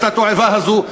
התועבה הזאת,